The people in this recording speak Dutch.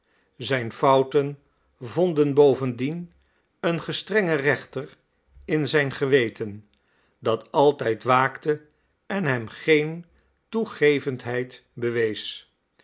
zijn fouten vonden bovendien een gestrengen rechter in zijn geweten dat altijd waakte en hem geen toegevendheid bewees